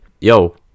yo